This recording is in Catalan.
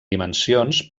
dimensions